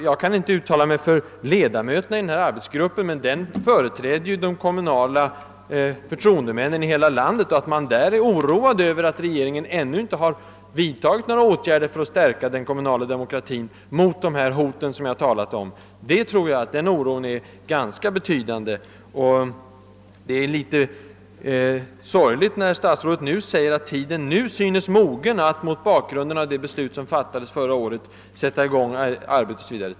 Jag kan inte uttala mig för ledamöterna i arbetsgruppen, men denna företräder ju de kommunala förtroendemännen i hela landet och jag tror att man bland dessa hyser en ganska betydande oro Över att ännu inga åtgärder vidtagits för att stärka den kommunala demokratin. Statsrådets uttalande att tiden nu synes mogen härför, mot bakgrunden av det beslut som fattades förra året, är något sorgligt.